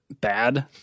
bad